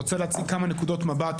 אני רוצה להציג כמה נקודות מבט